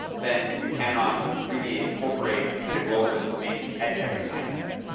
then you cannot really incorporate the global information at every time step.